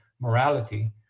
morality